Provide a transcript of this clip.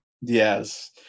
yes